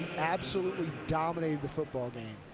absolutely dominated the football game.